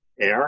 Air